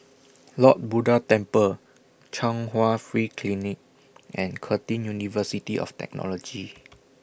Lord Buddha Temple Chung Hwa Free Clinic and Curtin University of Technology